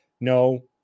No